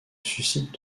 suscite